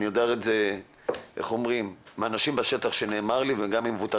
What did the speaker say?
ואני יודע את זה מהאנשים בשטח וגם ממבוטחים,